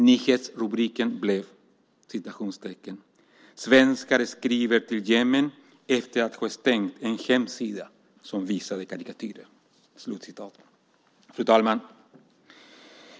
Nyhetsrubriken blev: Svenskar skriver till Jemen efter att ha stängt en hemsida som visade karikatyrer. Fru talman!